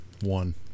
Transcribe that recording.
One